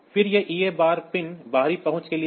फिर यह EA बार पिन बाहरी पहुंच के लिए है